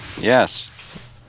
Yes